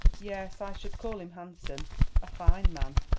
yes, i should call him handsome a fine man,